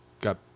got